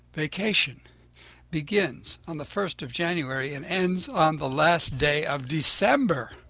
vacation begins on the first of january and ends on the last day of december.